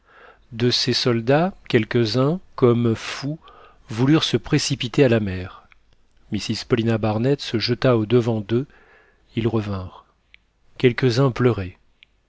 de ces soldats quelques-uns comme fous voulurent se précipiter à la mer mrs paulina barnett se jeta au-devant d'eux ils revinrent quelques-uns pleuraient